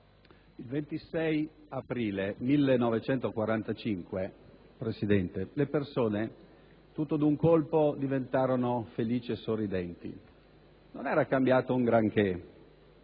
il 26 aprile 1945 le persone, tutte di un colpo, diventarono felici e sorridenti. Non era cambiato un granché: